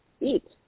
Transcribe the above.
eat